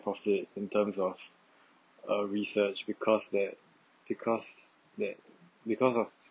profit in terms of a research because that because that because of